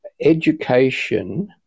education